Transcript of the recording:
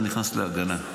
אתה נכנס להגנה,